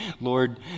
Lord